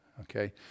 okay